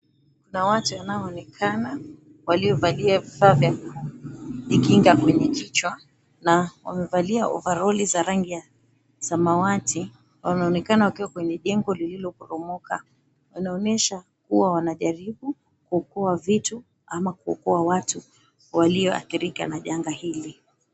Kuna watu wanaonekana, waliovalia vifaa vya kujikinga kwenye kichwa na wamevalia ovaroli za rangi ya samawati. Wanaonekana wakiwa kwenye jengo lililoporomoka. Inaonyesha kuwa wanajaribu kuokoa vitu, ama kuokoa watu walioathirika na janga hili.